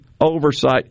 oversight